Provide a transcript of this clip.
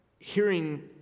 Hearing